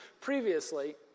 previously